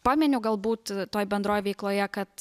paminiu galbūt toj bendroj veikloje kad